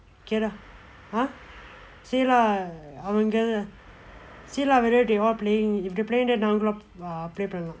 okay lah !huh! say lah அவங்க:avnga see lah whether they all playing if they playing then நம்மளும்:nammalum uh play பண்ணலாம்:pannalaam